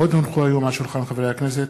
עוד הונחו היום על שולחן חברי הכנסת,